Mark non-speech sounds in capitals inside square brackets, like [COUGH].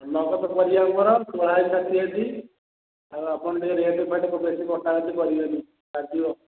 ନଗଦ ପରିବା ମୋର [UNINTELLIGIBLE] ଆଉ ଆପଣ ଟିକିଏ ରେଟ୍ ଫେଟ୍ ବେଶୀ କଟା କଟି କରିବେନି [UNINTELLIGIBLE]